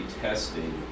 testing